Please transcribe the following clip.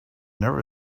never